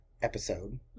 episode